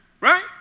right